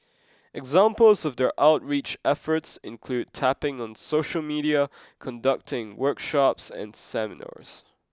examples of their outreach efforts include tapping on social media conducting workshops and seminars